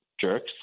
jerks